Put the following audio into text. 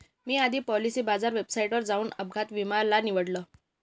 मी आधी पॉलिसी बाजार वेबसाईटवर जाऊन अपघात विमा ला निवडलं